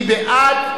מי בעד?